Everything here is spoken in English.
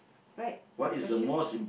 right the question